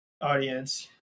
audience